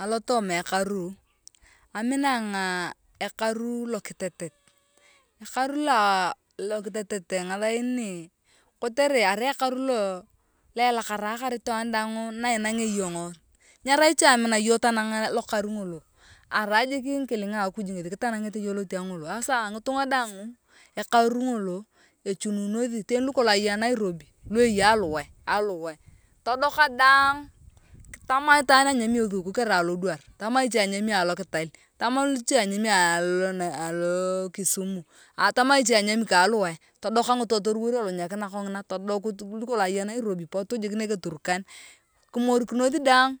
Alotooma ekaru amina ayong ekaru ayong ekaru lokitet ekaru lo aaa lokitet ngathain neee kotere arai ekaru lo elakara kar ataan daaang naa inang’ea iyong nyarai che amina iyong tanang lokara ng’olo arai jik ngikilingia akuj ngethi kitanengete iyong lokara ng’olo echununothi teni lokolong aya nairobi teni lu eya aluwae todoka daang tama itwaan anyami ethukuku karai a lodwar tama iche anyami alokital tama anyami kaluwae todaka ngitunga toliwor elunyakina kongina todukut teni lukulong aya nairobi potu jik neke turkan kumorikinoth daang